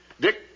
Dick